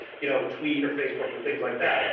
you know tweet or facebook or things like that.